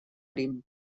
prim